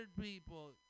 people